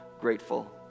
grateful